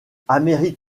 amérique